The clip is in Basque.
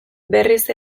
berriz